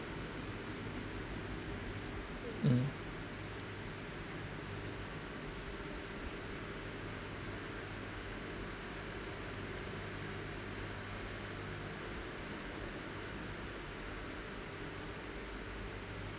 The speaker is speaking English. um